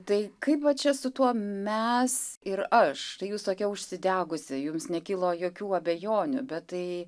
tai kaip va čia su tuo mes ir aš tai jūs tokia užsidegusi jums nekilo jokių abejonių bet tai